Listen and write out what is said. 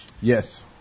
Yes